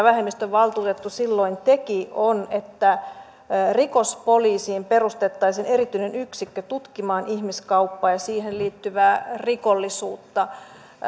vähemmistövaltuutettu silloin teki on se että rikospoliisiin perustettaisiin erityinen yksikkö tutkimaan ihmiskauppaa ja siihen liittyvää rikollisuutta